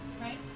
right